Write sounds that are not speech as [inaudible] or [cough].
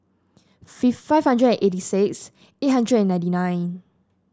[unintelligible] five hundred eighty six eight hundred ninety nine